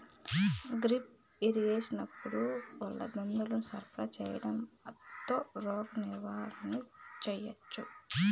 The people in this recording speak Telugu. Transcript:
డ్రిప్ ఇరిగేషన్ వల్ల మందులను సరఫరా సేయడం తో రోగ నివారణ చేయవచ్చా?